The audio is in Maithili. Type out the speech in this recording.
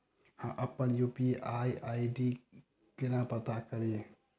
अप्पन यु.पी.आई आई.डी केना पत्ता कड़ी?